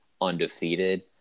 undefeated